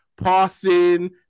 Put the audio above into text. passing